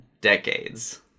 decades